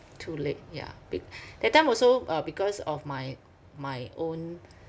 too late yeah be~ that time also uh because of my my own